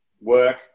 work –